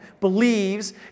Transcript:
believes